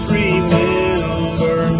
remember